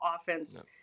offense